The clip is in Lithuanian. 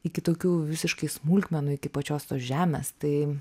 iki tokių visiškai smulkmenų iki pačios tos žemės tai